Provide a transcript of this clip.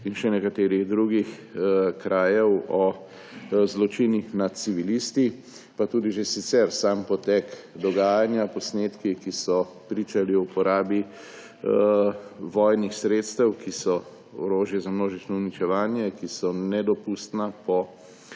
in še nekaterih drugih krajev, o zločinih nad civilisti, pa tudi že sicer sam potek dogajanja, posnetki, ki so pričali o uporabi vojnih sredstev, ki so orožje za množično uničevanje, ki so nedopustna po